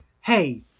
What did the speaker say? Hey